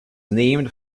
named